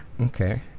Okay